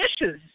dishes